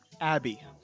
Abby